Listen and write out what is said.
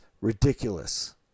ridiculous